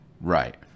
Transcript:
Right